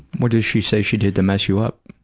what does she say she did to mess you up?